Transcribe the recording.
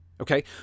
Okay